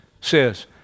says